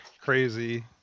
crazy